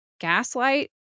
gaslight